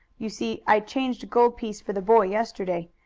you see i changed a gold piece for the boy yesterday.